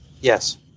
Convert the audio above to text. Yes